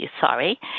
sorry